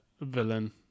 villain